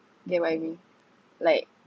get what I mean like